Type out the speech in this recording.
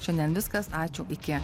šiandien viskas ačiū iki